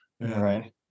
Right